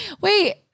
Wait